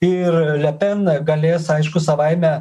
ir lepen galės aišku savaime